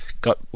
got